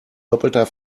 doppelter